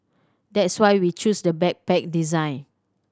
that's why we chose the backpack design